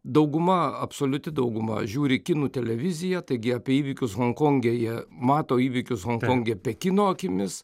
dauguma absoliuti dauguma žiūri kinų televiziją taigi apie įvykius honkonge jie mato įvykius honkonge pekino akimis